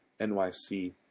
NYC